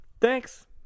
thanks